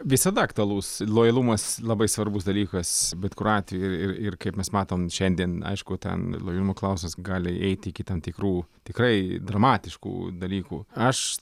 visada aktualus lojalumas labai svarbus dalykas bet kuriuo atveju ir ir kaip mes matom šiandien aišku ten lojalumo klausimas gali eiti iki tam tikrų tikrai dramatiškų dalykų aš